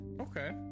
Okay